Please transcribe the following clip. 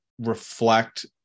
reflect